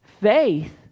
Faith